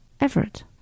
Everett